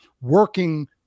working